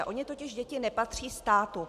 Ony totiž děti nepatří státu.